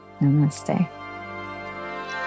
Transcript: Namaste